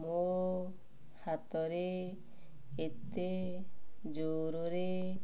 ମୋ ହାତରେ ଏତେ ଜୋର୍ରେ